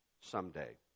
someday